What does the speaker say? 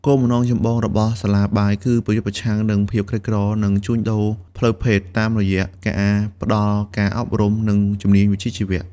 គោលបំណងចម្បងរបស់សាលាបាយគឺ ប្រយុទ្ធប្រឆាំងនឹងភាពក្រីក្រ និងជួញដូរផ្លូវភេទ តាមរយៈការផ្តល់ការអប់រំ និងជំនាញវិជ្ជាជីវៈ។